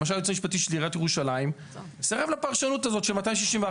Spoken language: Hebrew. למשל הייעוץ המשפטי של עיריית ירושלים סירב לפרשנות הזאת של 261(ד).